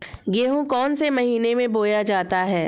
गेहूँ कौन से महीने में बोया जाता है?